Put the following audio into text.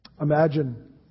Imagine